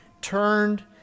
turned